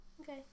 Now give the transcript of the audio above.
Okay